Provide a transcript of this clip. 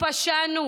פשענו,